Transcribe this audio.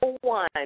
one